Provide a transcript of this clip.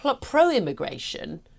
pro-immigration